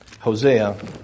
Hosea